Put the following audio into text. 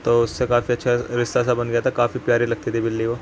تو اس سے کافی اچھا رستہ سا بن گیا تھا کافی پیاری لگتی تھی بلّی وہ